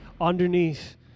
underneath